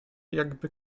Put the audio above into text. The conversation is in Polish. jakby